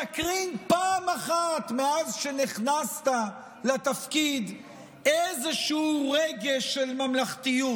תפגין פעם אחת מאז שנכנסת לתפקיד איזשהו רגש של ממלכתיות,